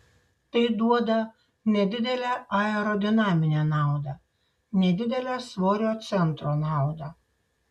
tai duoda nedidelę aerodinaminę naudą nedidelę svorio centro naudą